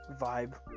vibe